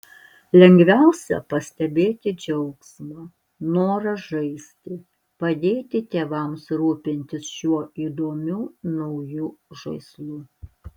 lengviausia pastebėti džiaugsmą norą žaisti padėti tėvams rūpintis šiuo įdomiu nauju žaislu